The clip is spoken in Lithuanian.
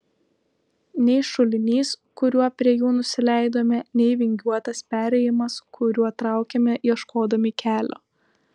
nei šulinys kuriuo prie jų nusileidome nei vingiuotas perėjimas kuriuo traukėme ieškodami kelio